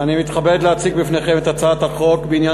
אני מתכבד להציג בפניכם את הצעת חוק המאבק